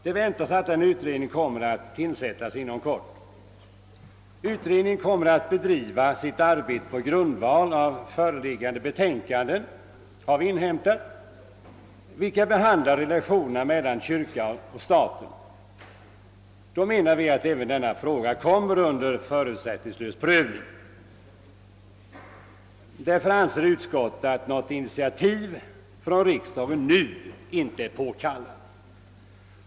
Det väntas att denna utredning kommer att tillsättas inom kort. Vi har inhämtat att den kommer att bedriva sitt arbete på grundval av de betänkanden som behandlar relationerna mellan kyrka och stat. Vi menar att även den här aktuella frågan därvid bör komma under förutsättningslös prövning. Därför anser utskottet att något initiativ från riksdagen nu inte är påkallat.